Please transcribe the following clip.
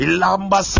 Ilamba